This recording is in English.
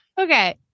Okay